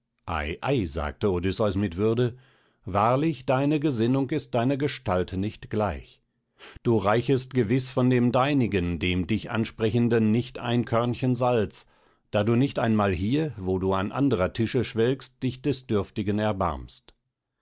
odysseus mit würde wahrlich deine gesinnung ist deiner gestalt nicht gleich du reichest gewiß von dem deinigen dem dich ansprechenden nicht ein körnchen salz da du nicht einmal hier wo du an anderer tische schwelgst dich des dürftigen erbarmst